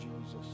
Jesus